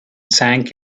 sank